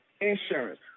insurance